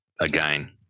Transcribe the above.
again